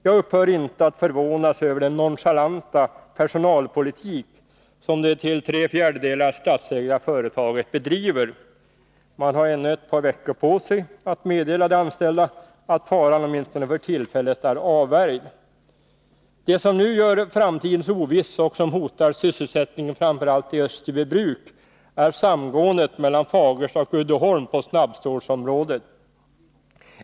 Jag upphör inte att förvånas över den nonchalanta personalpolitik som det till tre fjärdedelar statsägda företaget bedriver. Man har ännu ett par veckor på sig att meddela de anställda att faran åtminstone för tillfället är avvärjd. Det som nu gör framtiden så oviss och som hotar sysselsättningen framför allt i Österbybruk är samgåendet mellan Fagersta och Uddeholm på snabbstålsområdet.